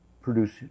produce